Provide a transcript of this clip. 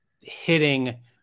hitting